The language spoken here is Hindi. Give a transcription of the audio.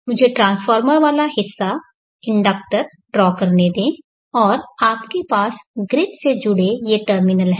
मुझे ट्रांसफार्मर वाला हिस्सा इंडक्टर ड्रा करने दे और आपके पास ग्रिड से जुड़े ये टर्मिनल हैं